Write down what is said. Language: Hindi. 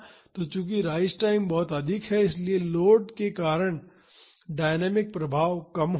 तो चूंकि राइज टाइम अधिक होता है इसलिए लोड के लगने के कारण डायनामिक प्रभाव कम होता है